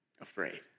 afraid